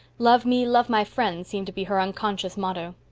love me, love my friends seemed to be her unconscious motto.